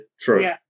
True